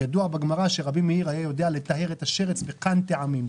ידוע בגמרא שרבי מאיר היה יודע לטהר את השרץ בק"נ טעמים,